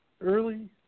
early